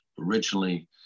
originally